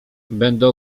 będą